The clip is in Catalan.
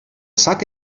sac